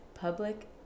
public